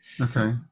Okay